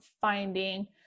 finding